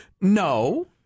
No